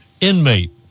inmate